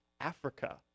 Africa